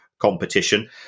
Competition